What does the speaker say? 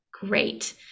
Great